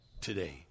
today